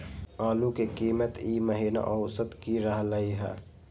आलू के कीमत ई महिना औसत की रहलई ह?